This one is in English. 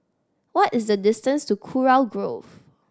what is the distance to Kurau Grove